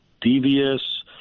devious